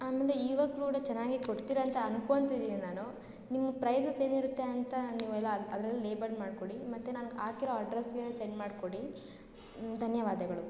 ಆಮೇಲೆ ಇವಾಗ ಕೂಡ ಚೆನ್ನಾಗೆ ಕೊಡ್ತೀರ ಅಂತ ಅಂದ್ಕೊಂತಿದೀನ್ ನಾನು ನಿಮ್ಮ ಪ್ರೈಸೆಸ್ ಏನಿರುತ್ತೆ ಅಂತ ನೀವೆಲ್ಲ ಅದ್ರಲ್ಲಿ ಲೇಬಲ್ ಮಾಡಿಕೊಡಿ ಮತ್ತು ನಾನು ಹಾಕಿರೋ ಅಡ್ರೆಸ್ಗೆ ಸೆಂಡ್ ಮಾಡಿಕೊಡಿ ಧನ್ಯವಾದಗಳು